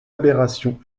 aberration